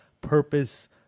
purpose